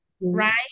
Right